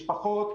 משפחות,